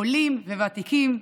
עולים וותיקים,